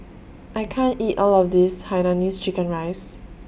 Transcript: I can't eat All of This Hainanese Chicken Rice